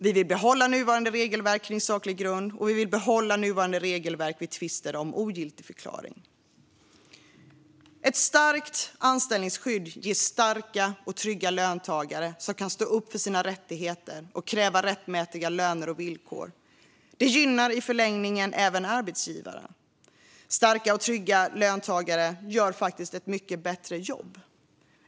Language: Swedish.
Vi vill behålla nuvarande regelverk kring saklig grund, och vi vill behålla nuvarande regelverk vid tvister om ogiltigförklaring. Ett starkt anställningsskydd ger starka och trygga löntagare som kan stå upp för sina rättigheter och kräva rättmätiga löner och villkor. Det gynnar i förlängningen även arbetsgivarna. Starka och trygga löntagare gör ett mycket bättre jobb.